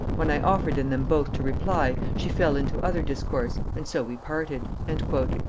when i offered in them both to reply, she fell into other discourse, and so we parted. and